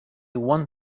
one